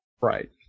Right